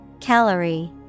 Calorie